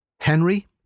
Henry